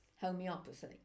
homeopathy